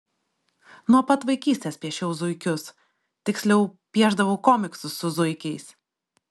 nuo pat vaikystės piešiau zuikius tiksliau piešdavau komiksus su zuikiais